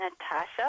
Natasha